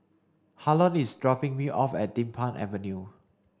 Harlon is dropping me off at Din Pang Avenue